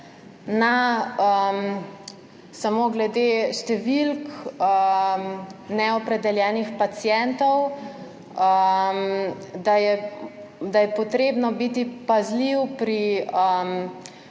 samo glede številk neopredeljenih pacientov, da je treba biti pazljiv pri